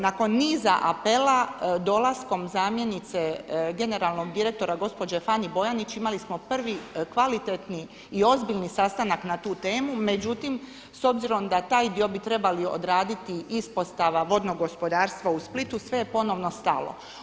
Nakon niza apela dolaskom zamjenice generalnog direktora gospođe Fani Bojanić imali smo prvi kvalitetni i ozbiljni sastanak na tu temu, međutim s obzirom da taj dio bi trebali odraditi, ispostava vodnog gospodarstva u Splitu sve je ponovno stalo.